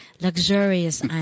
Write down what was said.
luxurious